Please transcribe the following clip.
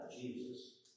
Jesus